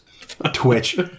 Twitch